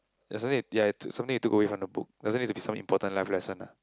there's something ya to something you took away from the book doesn't need to be some important life lesson lah